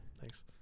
thanks